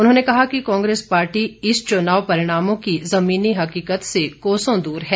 उन्होंने कहा कि कांग्रेस पार्टी इन चुनाव परिणामों की ज़मीनी हकीकत से कोसों दूर है